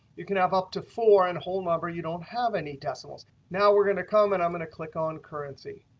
you can have up to four. and a whole number you don't have any decimals. now, we're going to come and i'm going to click on currency.